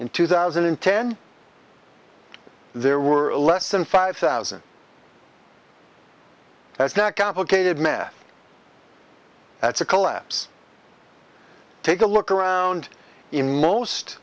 in two thousand and ten there were a less than five thousand that's not complicated math that's a collapse take a look around in